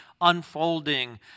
unfolding